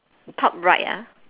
top right ah